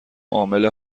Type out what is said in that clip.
عامل